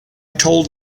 told